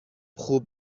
خوب